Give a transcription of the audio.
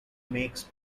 makes